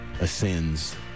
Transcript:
ascends